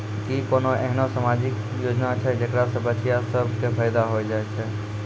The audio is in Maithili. कि कोनो एहनो समाजिक योजना छै जेकरा से बचिया सभ के फायदा होय छै?